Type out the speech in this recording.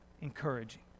encouraging